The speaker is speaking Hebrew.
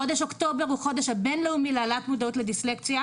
חודש אוקטובר הוא החודש הבין-לאומי להעלאת מודעות לדיסלקציה,